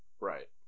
Right